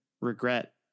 regret